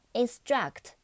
instruct